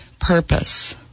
purpose